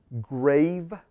Grave